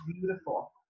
beautiful